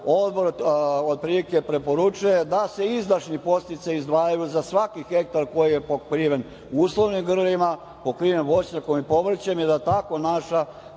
Odbor preporučuje da se izdašni podsticaji izdvajaju za svaki hektar koji je prekriven uslovnim grlima, pokriven voćnjakom i povrćem i da tako naša